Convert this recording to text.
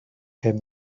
came